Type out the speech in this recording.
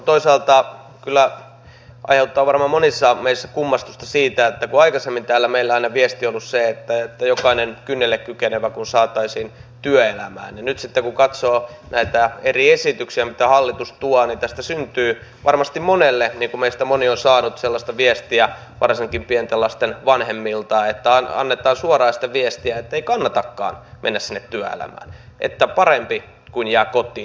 toisaalta kyllä aiheuttaa varmaan monissa meissä kummastusta kun aikaisemmin täällä meille aina viesti on ollut se että jokainen kynnelle kykenevä kun saataisiin työelämään ja nyt sitten kun katsoo näitä eri esityksiä mitä hallitus tuo niin tästä syntyy varmasti monelle kuva kuten meistä moni on saanut sellaista viestiä varsinkin pienten lasten vanhemmilta että annetaan suoraan sitä viestiä että ei kannatakaan mennä sinne työelämään että on parempi kun jää kotiin